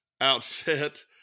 outfit